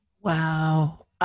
Wow